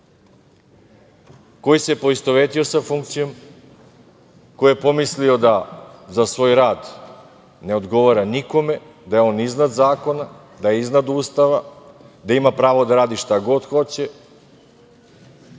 koji se poistovetio sa funkcijom, koji je pomislio da za svoj rad ne odgovara nikome, da je on iznad zakona, da je iznad Ustava, da ima pravo da radi šta god hoće,